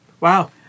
Wow